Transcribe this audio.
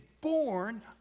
born